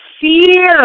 fear